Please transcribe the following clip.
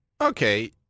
Okay